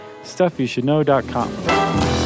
StuffYouShouldKnow.com